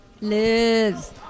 Liz